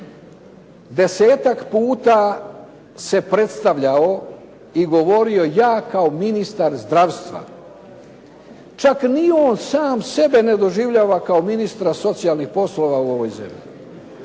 Desetak puta se predstavljao i govorio "Ja kao ministar zdravstva", čak ni on sam sebe ne doživljava kao ministra socijalnih poslova u ovoj zemlji.